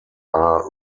are